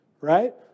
right